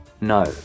No